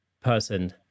person